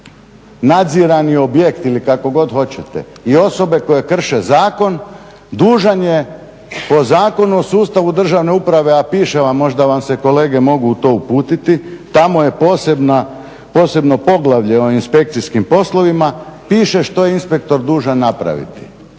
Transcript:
nadzirani objekt ili kako god hoćete i osobe koje krše zakon dužan je po zakonu o sustavu državne uprave a piše vam, možda vam se kolege mogu u to uputiti tamo je posebno poglavlje o inspekcijskim poslovima piše što je inspektor dužan napraviti.